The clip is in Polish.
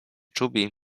czubi